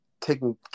taking